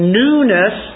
newness